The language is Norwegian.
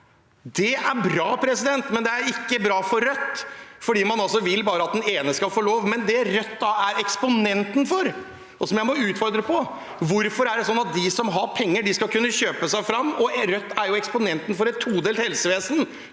Det er bra, men det er ikke bra for Rødt, for man vil at bare den ene skal få levere. Det Rødt da er eksponenten for, og som jeg må utfordre på, er: Hvorfor er det sånn at de som har penger, skal kunne kjøpe seg fram? Rødt er jo eksponenten for et todelt helsevesen,